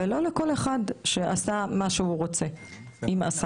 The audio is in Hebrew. ולא לכל אחד שעשה מה שהוא רוצה, אם עשה.